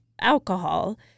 alcohol